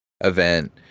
event